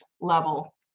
level